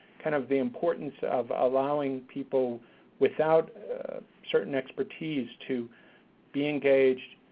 kind of the importance of allowing people without certain expertise to be engaged,